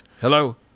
Hello